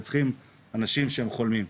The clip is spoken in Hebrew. צריכים אנשים שהם חולמים,